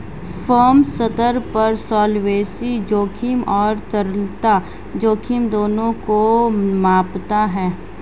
firm स्तर पर solvency जोखिम और तरलता जोखिम दोनों को मापता है